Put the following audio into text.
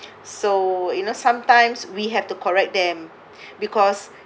so you know sometimes we have to correct them because